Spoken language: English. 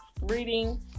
reading